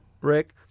Rick